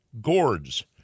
gourds